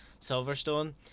Silverstone